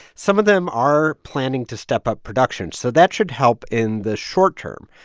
some of them are planning to step up production, so that should help in the short term.